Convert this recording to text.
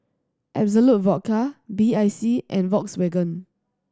Absolut Vodka B I C and Volkswagen